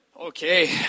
Okay